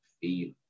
feel